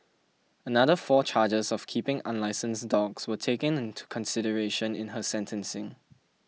another four charges of keeping unlicensed dogs were taken into consideration in her sentencing